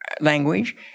language